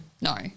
No